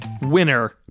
Winner